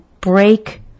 break